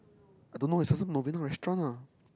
I don't know it's also Novena restaurant ah